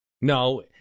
no